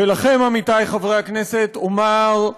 ולכם, עמיתי חברי הכנסת, אומר: